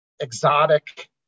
exotic